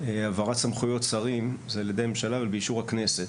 העברת סמכויות שרים זה על ידי הממשלה אבל באישור הכנסת,